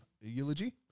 eulogy